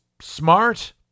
Smart